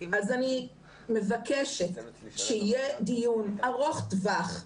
אני מבקשת שיהיה דיון ארוך טווח.